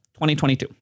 2022